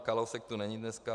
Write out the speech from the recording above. Kalousek tu není dneska.